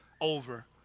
over